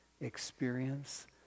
experience